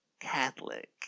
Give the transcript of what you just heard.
Catholic